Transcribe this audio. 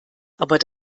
aber